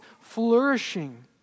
flourishing